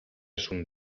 son